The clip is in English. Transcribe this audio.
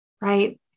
right